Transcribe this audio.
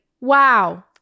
Wow